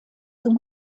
zum